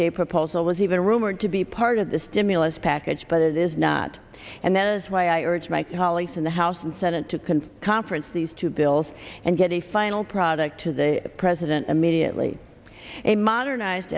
a proposal was even rumored to be part of the stimulus package but it is not and that is why i urge my colleagues in the house and senate to confirm conference these two bills and get a final product to the president immediately a modernized